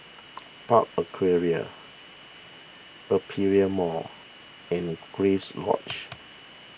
Park Aquaria Aperia Mall and Grace Lodge